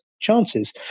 chances